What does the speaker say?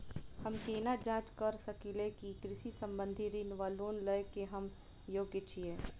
हम केना जाँच करऽ सकलिये की कृषि संबंधी ऋण वा लोन लय केँ हम योग्य छीयै?